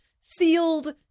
sealed